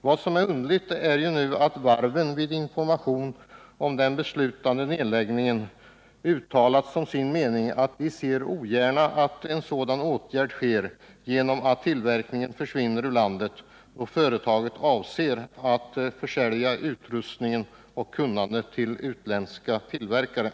Vad som är underligt är att varven vid information om den beslutade nedläggningen uttalade som sin mening att de ogärna ser att en sådan åtgärd vidtas, eftersom denna tillverkning försvinner ur landet i och med att företaget säljer utrustningen och kunnandet till utländska tillverkare.